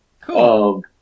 Cool